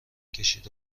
کشید